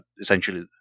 essentially